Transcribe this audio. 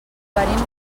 venim